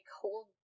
hold